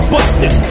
Busted